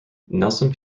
nelson